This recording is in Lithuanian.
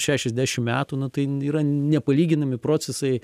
šešiasdešim metų na tai yra nepalyginami procesai